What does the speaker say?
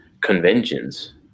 conventions